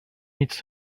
needs